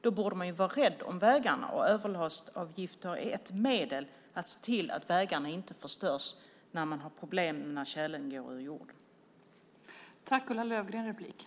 Då borde man vara rädd om vägarna, och överlastavgifter är ett sätt att se till att vägarna inte förstörs när man har problem i samband med att tjälen går ur marken.